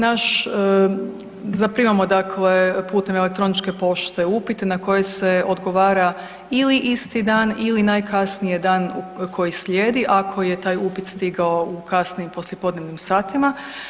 Zaprimamo putem elektroničke pošte upite na koje se odgovara ili isti dan ili najkasnije dan koji slijedi ako je taj upit stigao u kasnim poslijepodnevnim satima.